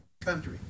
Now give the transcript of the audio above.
Country